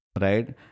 right